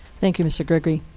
thank you, mr gregory.